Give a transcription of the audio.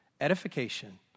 edification